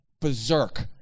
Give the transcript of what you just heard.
Berserk